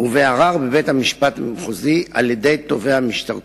ובערר בבית-המשפט המחוזי על-ידי תובע משטרתי.